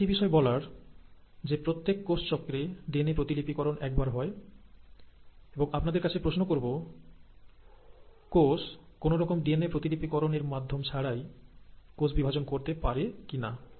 এখানে একটি বিষয় বলার যে প্রত্যেক কোষ চক্রে ডিএনএ প্রতিলিপি করণ একবার হয় এবং আপনাদের কাছে প্রশ্ন করব কোষ কোনরকম ডিএনএ প্রতিলিপি করণ এর মাধ্যম ছাড়াই কোষ বিভাজন করতে পারে কি না